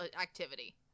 activity